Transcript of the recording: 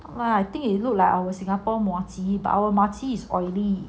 !wah! I think it look like our singapore muah chee but our muah chee is oily